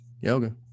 yoga